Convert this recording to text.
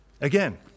Again